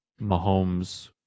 Mahomes